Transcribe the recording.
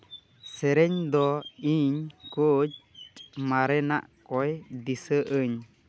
ᱥᱮᱨᱮᱧ ᱫᱚ ᱤᱧ ᱠᱟᱹᱪ ᱢᱟᱨᱮᱱᱟᱜ ᱠᱚᱭ ᱫᱤᱥᱟᱹ ᱟᱹᱧ